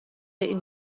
این